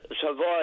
survive